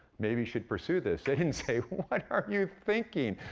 maybe you should pursue this. they didn't say, what are you thinking?